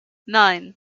nine